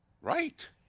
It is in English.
right